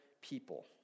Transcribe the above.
people